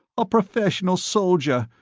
a professional soldier!